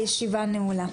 הישיבה נעולה.